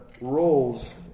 roles